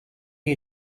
you